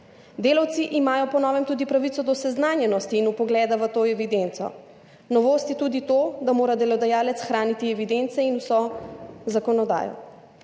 Delavci imajo po novem tudi pravico do seznanjenosti in vpogleda v to evidenco. Novost je tudi to, da mora delodajalec hraniti evidence in vso zakonodajo.